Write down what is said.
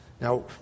Now